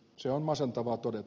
se on masentavaa todeta